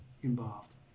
involved